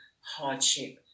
hardship